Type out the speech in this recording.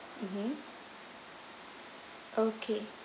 mmhmm okay